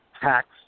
tax